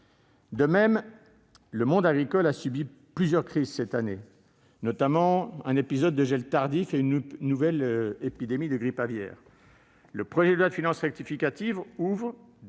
De même, le monde agricole a subi plusieurs crises cette année, notamment un épisode de gel tardif et une nouvelle épidémie de grippe aviaire. Le projet de loi de finances rectificative ouvre